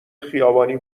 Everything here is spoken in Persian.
خیابانی